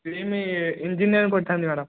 stream engineering କରିଥାନ୍ତି madam